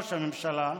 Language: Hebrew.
ראש הממשלה,